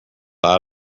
out